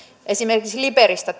esimerkiksi liperistä